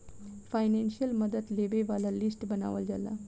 financial मदद लेबे वाला लिस्ट बनावल जाला